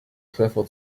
treffer